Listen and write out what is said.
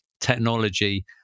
technology